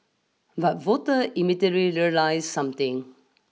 but voter realise something